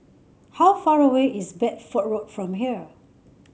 how far away is Bedford Road from here